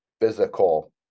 physical